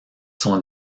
sont